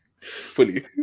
fully